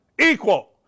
equal